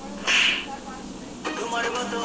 Zero balance account খুলতে কত টাকা লাগে?